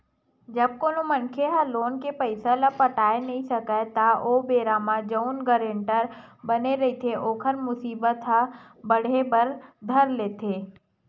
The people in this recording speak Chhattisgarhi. जब कोनो मनखे ह लोन के पइसा ल पटाय नइ सकय त ओ बेरा म जउन गारेंटर बने रहिथे ओखर मुसीबत ह बाड़हे बर धर लेथे